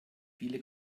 viele